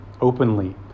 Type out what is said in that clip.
openly